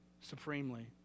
supremely